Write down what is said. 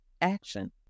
action